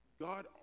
God